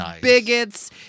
bigots